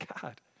God